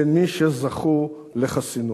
ובין מי שזכו לחסינות.